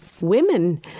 women